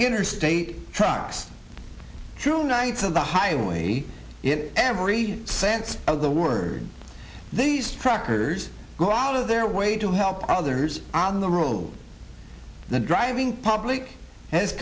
interstate truck two nights of the highway in every sense of the word these truckers go out of their way to help others on the road the driving public has